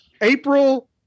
April